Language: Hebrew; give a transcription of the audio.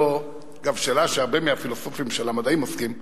אגב, שאלה שהרבה מהפילוסופים של המדעים עוסקים בה.